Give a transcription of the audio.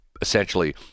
essentially